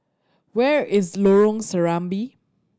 where is Lorong Serambi